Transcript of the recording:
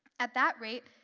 at that rate,